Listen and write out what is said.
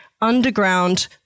underground